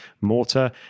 mortar